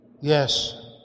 Yes